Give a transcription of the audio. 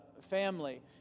family